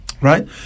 right